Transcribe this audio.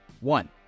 one